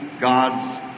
God's